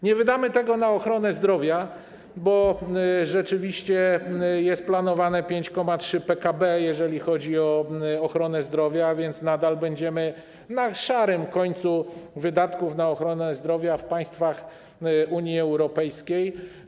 Nie wydamy tego na ochronę zdrowia, bo rzeczywiście jest planowane 5,3 PKB, jeżeli chodzi o ochronę zdrowia, a więc nadal będziemy na szarym końcu, jeżeli chodzi o wydatki na ochronę zdrowia w państwach Unii Europejskiej.